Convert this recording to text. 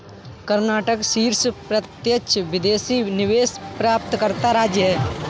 कर्नाटक शीर्ष प्रत्यक्ष विदेशी निवेश प्राप्तकर्ता राज्य है